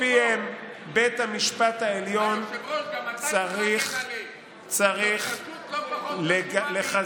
שלפיהן בית המשפט העליון צריך לחזק